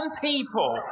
people